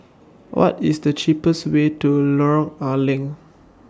What IS The cheapest Way to Lorong A Leng